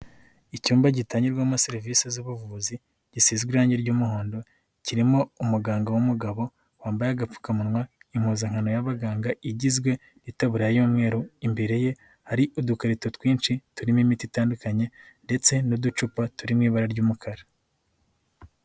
Icyumba gitangirwamo serivisi z'ubuvuzi, gisize irangi ry'umuhondo, kirimo umuganga w'umugabo wambaye agapfukamunwa, impozankano y'abaganga igizwe n'itabura y'umweru, imbere ye hari udukarito twinshi, turimo imiti itandukanye ndetse n'uducupa turi mu ibara ry'umukara.